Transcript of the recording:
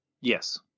Yes